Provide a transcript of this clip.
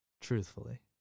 truthfully